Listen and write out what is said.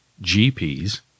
GPs